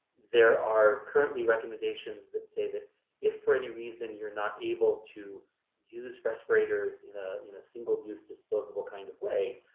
there are currently recommendations that say that if for any reason you're not able to use respirators in ah in a single-use, disposable kind of way,